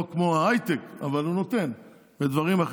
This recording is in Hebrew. לא כמו ההייטק, אבל הוא נותן בדברים אחרים.